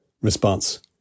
response